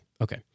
okay